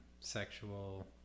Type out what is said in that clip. sexual